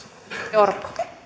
arvoisa